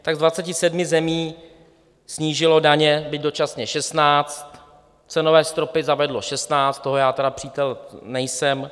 Tak z 27 zemí snížilo daně, byť dočasně, 16; cenové stropy zavedlo 16 toho já tedy přítel nejsem;